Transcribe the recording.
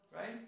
right